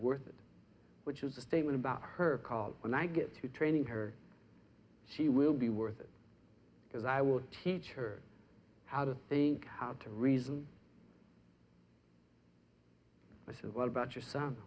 worth it which is a statement about her call when i get to training her she will be worth it because i will teach her how to think how to reason i said what about your son